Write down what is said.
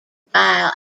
bile